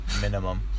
Minimum